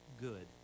good